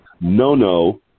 no-no